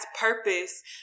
purpose